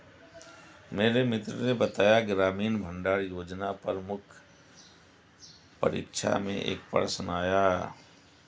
मेरे मित्र ने बताया ग्रामीण भंडारण योजना पर मुख्य परीक्षा में एक प्रश्न आया